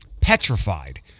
petrified